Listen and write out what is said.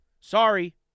Sorry